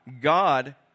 God